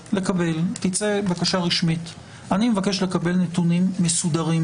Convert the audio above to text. שתצא בקשה רשמית שתוך שבעה ימים נקבל נתונים מסודרים